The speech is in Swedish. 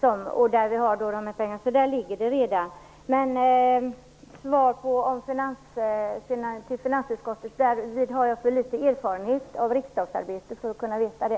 Där har vi pengar. Förslaget ligger där redan. Något svar på frågan om remittering till finansutskottet kan jag inte ge. Jag har för litet erfarenhet av riksdagsarbete för att kunna veta det.